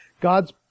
God's